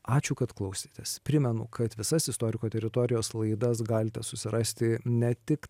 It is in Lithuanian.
ačiū kad klausėtės primenu kad visas istoriko teritorijos laidas galite susirasti ne tik